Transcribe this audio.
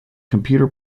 computer